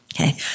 Okay